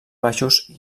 baixos